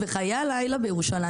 וחיי הלילה בירושלים,